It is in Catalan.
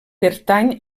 pertany